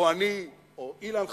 או אני, או אילן חברי,